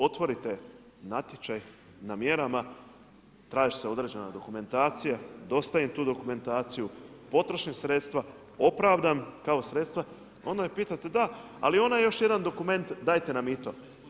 Otvorite natječaj na mjerama, traži se određena dokumentacija, dostavim tu dokumentaciju, potrošim sredstva, opravdam kao sredstva, onda me pitate da, ali onaj još jedan dokument dajte nam i to.